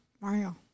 Mario